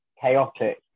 chaotic